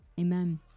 Amen